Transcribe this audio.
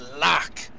lock